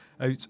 out